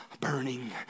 burning